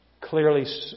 clearly